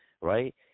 right